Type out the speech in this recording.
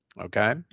Okay